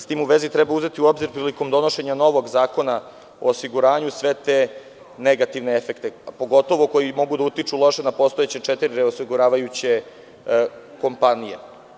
S tim u vezi, treba uzeti u obzir prilikom donošenja novog zakona o osiguranju, sve te negativne efekte, pogotovo one koji mogu da loše utiču na postojeće četiri reosiguravajuće kompanije.